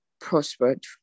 prospered